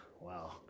Wow